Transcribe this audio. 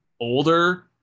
older